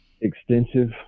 extensive